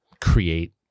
create